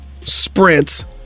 sprints